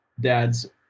dad's